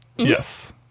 Yes